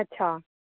अच्छा